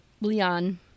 Leon